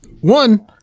One